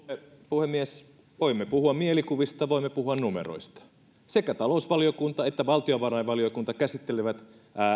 puhemies voimme puhua mielikuvista voimme puhua numeroista sekä talousvaliokunta että valtiovarainvaliokunta käsittelivät